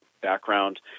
background